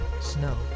snow